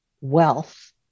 wealth